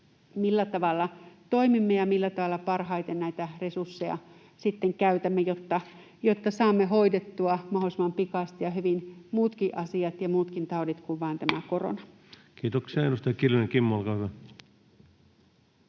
millä tavalla toimimme ja millä tavalla parhaiten näitä resursseja sitten käytämme, jotta saamme hoidettua mahdollisimman pikaisesti ja hyvin muutkin asiat ja muutkin taudit kuin vain tämän koronan. [Speech 214] Speaker: